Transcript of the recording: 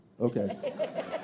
Okay